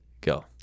go